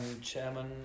chairman